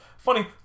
Funny